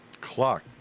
Clock